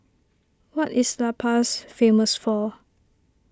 what is La Paz famous for